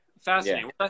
fascinating